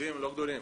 יקרים,